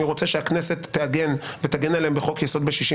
רוצה שהכנסת תעגן ותגן עליהם בחוק יסוד ב-61?